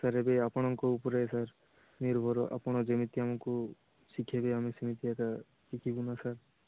sir ଏବେ ଆପଣଙ୍କ ଉପରେ ସାର୍ ନିର୍ଭର ଆପଣ ଯେମିତି ଆମକୁ ଶିଖାଇବେ ଆମେ ସେମିତି ଏକା ଶିଖିବୁନା ସାର୍